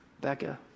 Becca